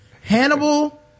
Hannibal